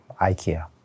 IKEA